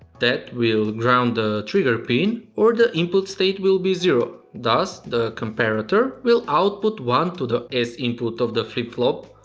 that will ground the trigger pin or the input state will be zero, thus the comparator will output one to the s input of the flip-flop.